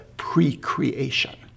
pre-creation